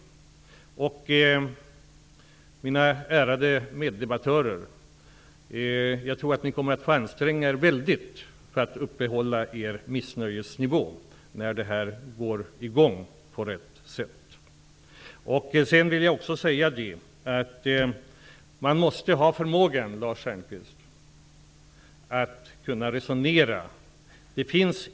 Jag tror att mina ärade meddebattörer kommer att få anstränga sig väldigt för att upprätthålla sin missnöjesnivå när förhandlingarna går i gång på rätt sätt. Man måste ha förmågan att resonera, Lars Stjernkvist.